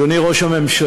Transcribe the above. אדוני ראש הממשלה,